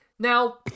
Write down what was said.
Now